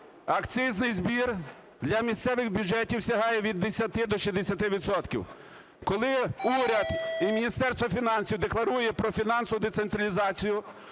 Акцизний збір для місцевих бюджетів сягає від 10 до 60 відсотків. Коли уряд і Міністерство фінансів декларує про фінансову децентралізацію,